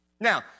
Now